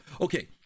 Okay